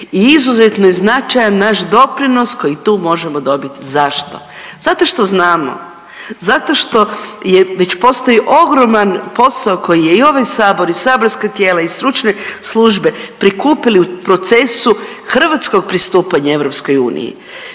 I izuzetno je značajan naš doprinos koji tu možemo dobiti. Zašto? Zato što znamo, zato što je već postoji ogroman posao koji je i ovaj sabor i saborska tijela i stručne službe prikupili u procesu Hrvatskog pristupanja EU.